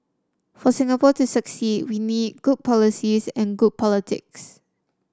for Singapore to succeed we need good policies and good politics